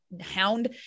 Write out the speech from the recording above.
hound